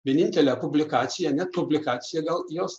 vienintelę publikaciją na publikacija gal jos